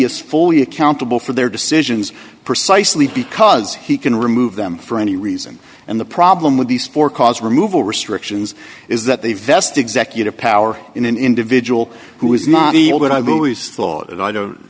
is fully accountable for their decisions precisely because he can remove them for any reason and the problem with these four cause removal restrictions is that they vest executive power in an individual who is not evil but i've always thought and i don't